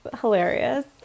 hilarious